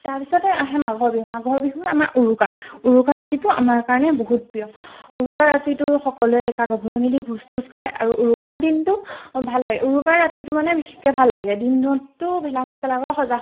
তাৰ পাছতে আহে মাঘৰ বিহুত আমাৰ উৰুকা উৰুকাৰ ৰাতিটো আমাৰ কাৰণে বহুত প্ৰিয় উৰুকাৰ ৰাতিটো সকলোৱে ডেকা গাভৰুৱে মিলি ভোজ চোজ খায় আৰু উৰুকাৰ দিনটো ভাল লাগে উৰুকাৰ ৰাতিটো মানে বিশেষকৈ ভাল লাগে দিনততো ভেলাঘৰ চেলাঘৰ সজা হয়